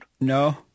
no